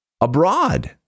abroad